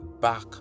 back